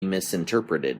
misinterpreted